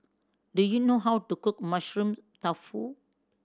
do you know how to cook Mushroom Tofu